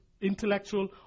intellectual